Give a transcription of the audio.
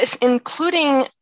including